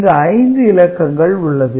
இங்கு 5 இலக்கங்கள் உள்ளது